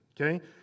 okay